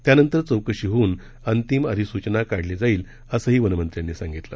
त्यानंतर चौकशी होऊन अंतिम अधिसूचना काढली जाईल असंही वनमंत्र्यांनी सांगितलं